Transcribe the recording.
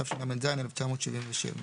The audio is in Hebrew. התשל"ז-1977.